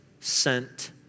sent